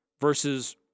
versus